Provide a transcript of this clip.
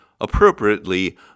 appropriately